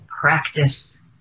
practice